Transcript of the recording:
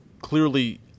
clearly